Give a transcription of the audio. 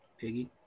Piggy